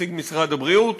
נציג משרד הבריאות.